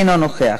אינו נוכח.